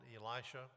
Elisha